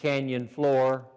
canyon floor